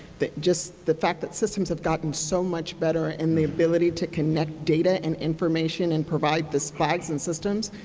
that just the fact that systems have gotten so much better in the ability to connect data and information and provide the slides and systems,